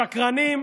שקרנים,